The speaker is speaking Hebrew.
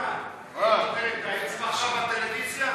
לא נתקבלה.